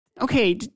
okay